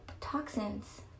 toxins